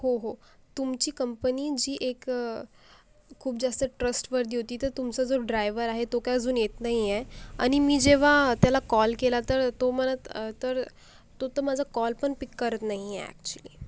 हो हो तुमची कंपनी जी एक खूप जास्त ट्रस्टवर्दी होती तर तुमचा जो ड्रायवर आहे तो काय अजून येत नाही आहे आणि मी जेव्हा त्याला कॉल केला तर तो मला तर तो तर माझा कॉल पण पिक करत नाही आहे अॅक्च्युली